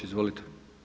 Izvolite.